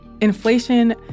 Inflation